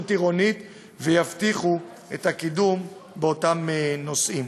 עירונית ויבטיחו את הקידום באותם נושאים.